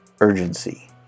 urgency